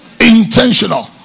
intentional